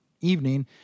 evening